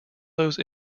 those